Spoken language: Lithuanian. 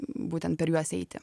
būtent per juos eiti